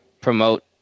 promote